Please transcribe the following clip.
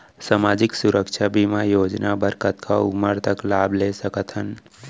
सामाजिक सुरक्षा बीमा योजना बर कतका उमर तक लाभ ले सकथन?